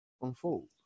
unfold